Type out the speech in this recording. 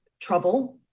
trouble